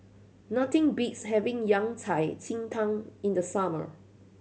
nothing beats having Yao Cai ji tang in the summer